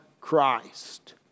Christ